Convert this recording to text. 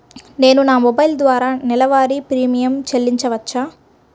నేను నా మొబైల్ ద్వారా నెలవారీ ప్రీమియం చెల్లించవచ్చా?